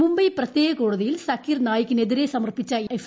മുംബൈ പ്രത്യേക കോടതിയിൽ സക്കീർ നായിക്കിനെതിരെ സമർപ്പിച്ച എഫ്